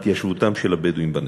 התיישבותם של הבדואים בנגב.